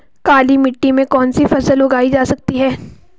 काली मिट्टी में कौनसी फसल उगाई जा सकती है?